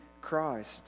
Christ